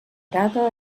arada